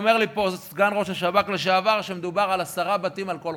אומר לי פה סגן ראש השב"כ לשעבר שמדובר על עשרה בתים על כל רוצח.